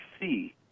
see